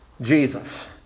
Jesus